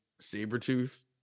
Sabretooth